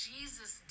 Jesus